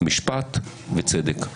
לצערי אתם לא עומדים בזה, תודה.